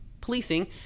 policing